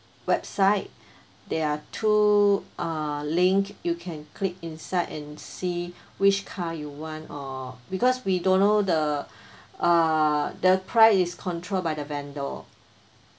website there are two ah link you can click inside and see which car you want or because we don't know the uh the price is controlled by the vendor